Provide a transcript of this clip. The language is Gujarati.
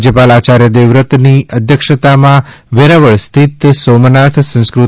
રાજ્યપાલ આચાર્ય દેવવ્રતની અધ્યક્ષતામાં વેરાવળ સ્થિત સોમનાથ સંસ્કૃત